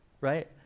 Right